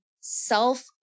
self